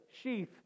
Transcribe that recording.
sheath